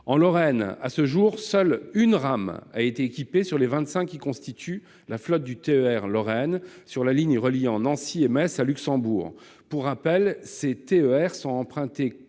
En Lorraine, à ce jour, seule une rame a été équipée sur les vingt-cinq qui constituent la flotte du TER Lorraine sur la ligne reliant Nancy et Metz à Luxembourg. Pour rappel, ces TER sont empruntés